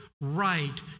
right